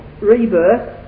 rebirth